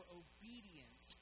obedience